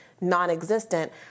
non-existent